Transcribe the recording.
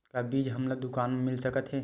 का बीज हमला दुकान म मिल सकत हे?